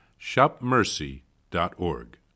shopmercy.org